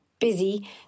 busy